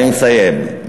אני מסיים.